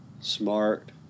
Smart